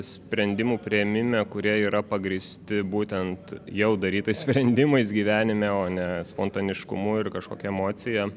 sprendimų priėmime kurie yra pagrįsti būtent jau darytais sprendimais gyvenime o ne spontaniškumu ir kažkokia emocija